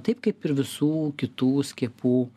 taip kaip ir visų kitų skiepų